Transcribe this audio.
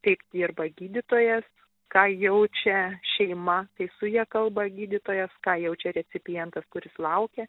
kaip dirba gydytojas ką jaučia šeima kai su ja kalba gydytojas ką jaučia recipientas kuris laukia